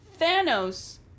thanos